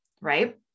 Right